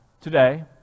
today